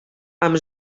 amb